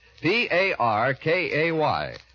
P-A-R-K-A-Y